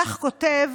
כך כותב